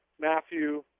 Matthew